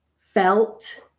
felt